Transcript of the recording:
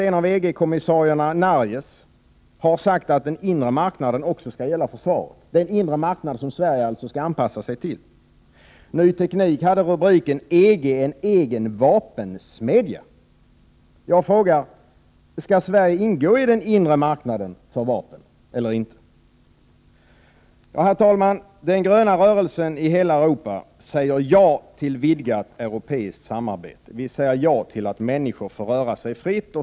En av EG-kommissarierna, Narjes, har sagt att den inre marknaden också skall gälla försvaret, alltså den inre marknad som Sverige skall anpassa sig till. Tidningen Ny Teknik hade rubriken ”EG en egen vapensmedja”. Skall Sverige ingå i den inre marknaden för vapen eller inte? Herr talman! Den gröna rörelsen i hela Europa säger ja till vidgat europeiskt samarbete. Den säger ja till att människor får röra sig fritt.